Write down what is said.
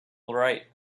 write